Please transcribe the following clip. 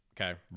okay